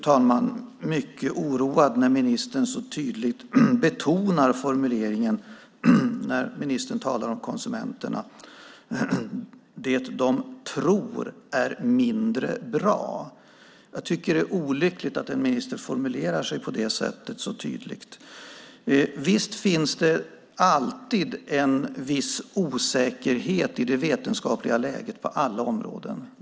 Jag blir mycket oroad när ministern talar om konsumenterna och så tydligt betonar formuleringen "det man tror är mindre bra". Jag tycker att det är olyckligt att en minister så tydligt formulerar sig på det sättet. Visst finns det alltid en viss osäkerhet i det vetenskapliga läget på alla områden.